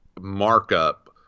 markup